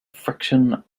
friction